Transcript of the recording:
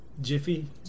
Jiffy